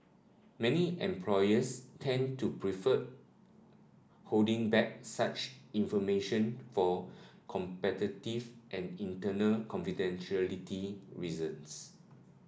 many employers tend to prefer holding back such information for competitive and internal confidentiality reasons